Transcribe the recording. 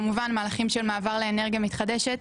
כמובן מהלכים של מעבר לאנרגיה מתחדשת.